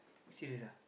you serious ah